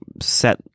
set